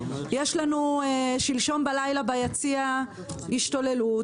שלשום בלילה ביציע השתוללות,